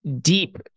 deep